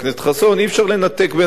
אי-אפשר לנתק בין הדברים.